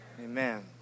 Amen